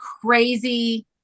crazy